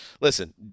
listen